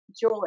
joy